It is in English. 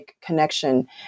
connection